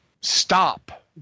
stop